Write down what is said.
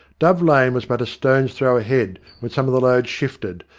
dove lane was but a stone's-throw ahead when some of the load shifted,